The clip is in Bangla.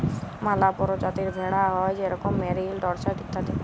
ম্যালা পরজাতির ভেড়া হ্যয় যেরকম মেরিল, ডরসেট ইত্যাদি